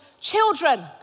children